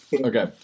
Okay